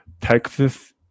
Texas